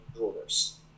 rulers